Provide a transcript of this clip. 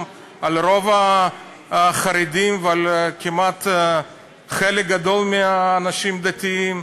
על רוב החרדים ועל חלק גדול מהאנשים הדתיים.